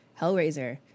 Hellraiser